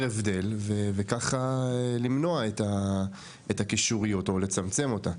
הבדל וככה למנוע את הקישוריות או לצמצם אותה.